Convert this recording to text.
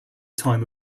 time